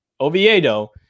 Oviedo